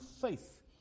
faith